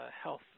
health